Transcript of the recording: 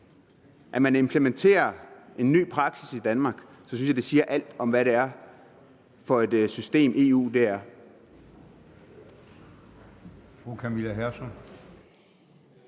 at man implementerer en ny praksis i Danmark, så synes jeg, det siger alt om, hvad det er for et system,